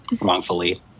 wrongfully